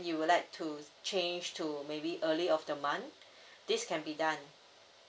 you would like to change to maybe early of the month this can be done